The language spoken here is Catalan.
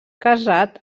casat